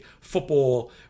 football